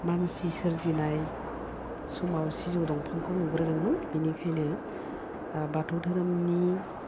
मानसि सोरजिनाय समाव सिजौ दंफांखौ नुग्रोदोंमोन बिनिखायनो बाथौ दोहोरोमनि